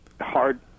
hard